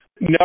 No